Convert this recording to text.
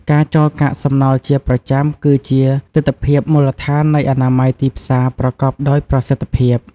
ការចោលកាកសំណល់ជាប្រចាំគឺជាទិដ្ឋភាពមូលដ្ឋាននៃអនាម័យទីផ្សារប្រកបដោយប្រសិទ្ធភាព។